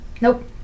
Nope